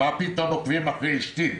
מה פתאום עוקבים אחרי אשתי?